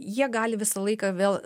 jie gali visą laiką vėl